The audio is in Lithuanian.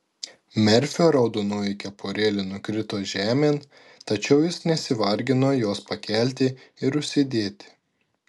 merfio raudonoji kepurėlė nukrito žemėn tačiau jis nesivargino jos pakelti ir užsidėti